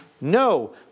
No